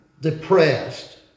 depressed